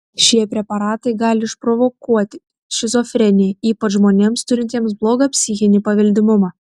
šie preparatai gali išprovokuoti šizofreniją ypač žmonėms turintiems blogą psichinį paveldimumą